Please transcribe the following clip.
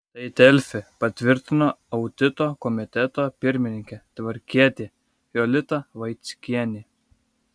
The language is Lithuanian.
tai delfi patvirtino audito komiteto pirmininkė tvarkietė jolita vaickienė